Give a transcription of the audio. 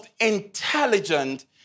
intelligent